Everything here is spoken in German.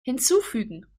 hinzufügen